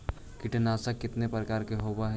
कीटनाशक के कितना प्रकार होव हइ?